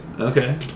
Okay